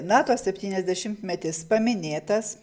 nato septyniasdešimtmetis paminėtas